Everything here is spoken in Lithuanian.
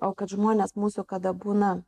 o kad žmonės mūsų kada būna